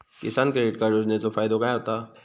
किसान credit card योजनेचो फायदो काय होता?